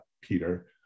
Peter